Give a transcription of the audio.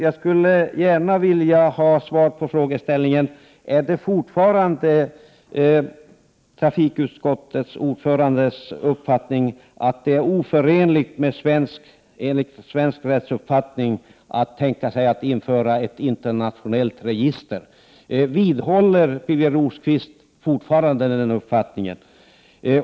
Jag skulle gärna vilja ha svar på frågan: Är det fortfarande trafikutskottets ordförandes uppfattning att man enligt svensk rättsuppfattning inte kan tänka sig att införa ett internationellt register? Vidhåller Birger Rosqvist den uppfattningen?